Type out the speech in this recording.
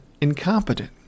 incompetent